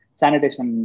sanitation